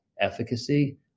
efficacy